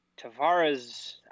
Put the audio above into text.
Tavares